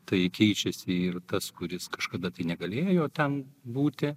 tai keičiasi ir tas kuris kažkada negalėjo ten būti